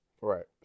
Right